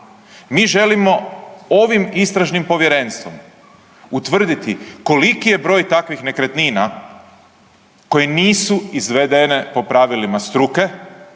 Mi želimo ovim istražim povjerenstvom utvrditi koliki je broj takvih nekretnina koje nisu izvedene po pravilima struke